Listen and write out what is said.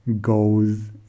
goes